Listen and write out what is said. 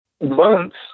months